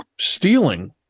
stealing